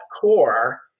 core